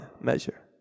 measure